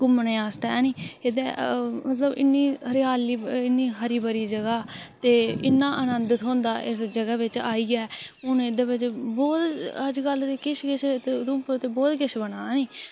घुम्मने आस्तै ऐ नी एह्दे मतलब हरियाली इ'न्नी हरी भरी जगहा ते इन्ना आनंद थ्होंदा इस जगह बिच आइयै हू'न त अजकल ते किश किश ते इत्त उधमपुर बहुत किश बने दा ऐ नी